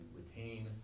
retain